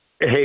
Hey